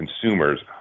consumers